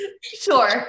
Sure